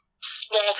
small